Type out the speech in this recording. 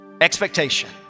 Expectation